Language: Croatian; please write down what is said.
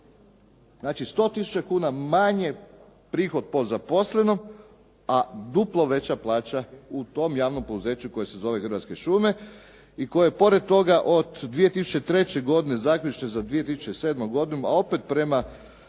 Znači 100 tisuća kuna manje prihod po zaposlenom, a duplo veća plaća u tom javnom poduzeću koje se zove Hrvatske šume i koje pored toga od 2003. godine zaključno sa 2007. godinom, a opet prema